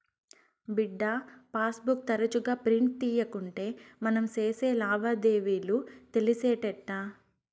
బిడ్డా, passbook తరచుగా print తీయకుంటే మనం సేసే లావాదేవీలు తెలిసేటెట్టా